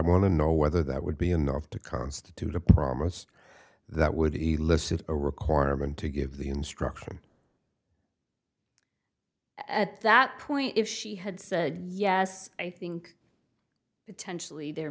want to know whether that would be enough to constitute a promise that would be less of a requirement to give the instruction at that point if she had said yes i think that tension there